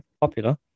popular